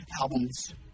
albums